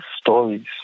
stories